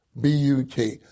B-U-T